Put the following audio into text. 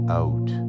out